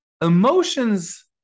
Emotions